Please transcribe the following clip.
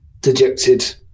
dejected